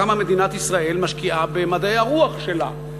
כמה מדינת ישראל משקיעה במדעי הרוח שלה,